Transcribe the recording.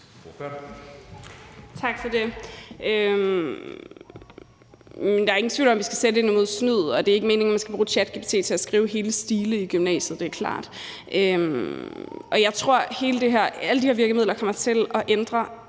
Tak for det. Der er ingen tvivl om, at vi skal sætte ind mod snyd, og det er ikke meningen, at man skal bruge ChatGPT til at skrive hele stile i gymnasiet – det er klart. Jeg tror, at alle de her virkemidler kommer til at ændre